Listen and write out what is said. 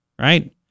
Right